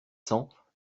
cents